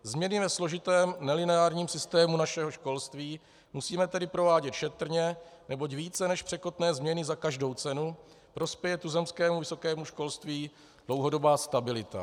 Změny ve složitém nelineárním systému našeho školství musíme tedy provádět šetrně, neboť více než překotné změny za každou cenu prospěje tuzemskému vysokému školství dlouhodobá stabilita.